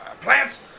plants